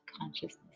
consciousness